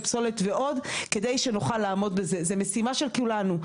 זאת משימה של כולנו.